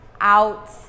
Out